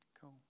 Cool